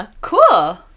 cool